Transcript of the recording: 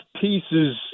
pieces